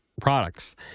products